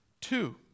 two